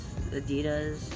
Adidas